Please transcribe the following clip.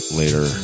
later